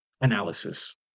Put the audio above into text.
analysis